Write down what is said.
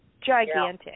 gigantic